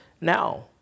now